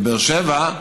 לבאר שבע.